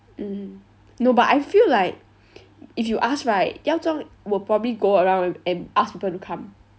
mm no but I feel like if you ask right yao zhong will probably go around and ask people to come